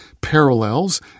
parallels